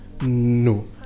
No